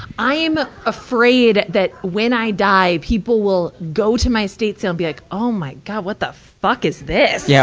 i'm afraid that, when i die, people will go to my estate sale and be like, oh my god. what the fuck is this! yeah.